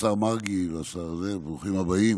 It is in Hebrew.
השר מרגי והשר בן צור, ברוכים הבאים.